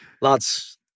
lads